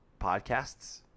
podcasts